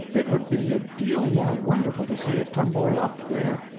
it would be a deal more wonderful to see it tumble up there!